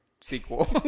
sequel